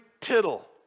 tittle